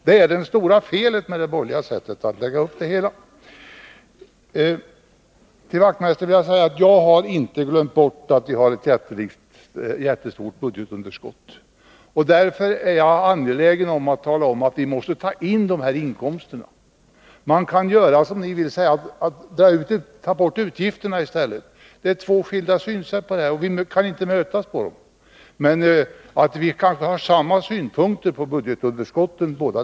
Detta är det stora felet med den borgerliga uppläggningen. Till Knut Wachtmeister vill jag säga att jag inte har glömt bort att vi har ett jättestort budgetunderskott, och därför är jag också angelägen om att vi får de här inkomsterna. Man kan som ni vill minska utgifterna. Det är här fråga om två skilda synsätt, och här kan vi inte mötas. Detta hindrar emellertid inte att vi kan ha samma syn på budgetunderskottet.